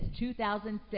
2006